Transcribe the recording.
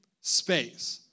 space